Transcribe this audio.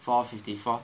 four fifty four